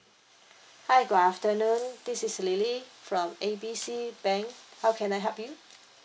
hi good afternoon this is lily from A B C bank how can I help you